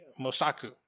mosaku